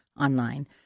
online